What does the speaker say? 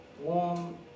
warm